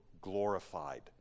glorified